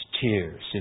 tears